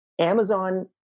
Amazon